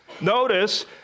notice